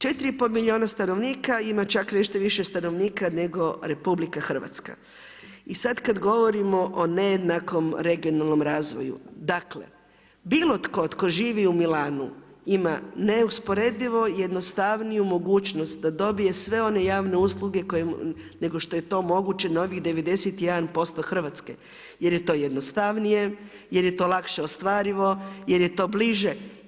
4,5 milijuna stanovnika ima čak nešto više stanovnika nego Republika Hrvatska i sad kad govorimo o nejednakom regionalnom razvoju dakle, bilo tko tko živi u Milanu ima neusporedivo jednostavniju mogućnost da dobije sve one javne usluge nego što je to moguće na ovih 91% Hrvatske jer je to jednostavnije, jer je to lakše ostvarivo, jer je to bliže.